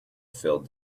filled